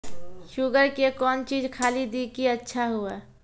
Sugar के कौन चीज खाली दी कि अच्छा हुए?